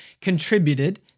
contributed